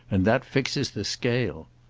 and that fixes the scale.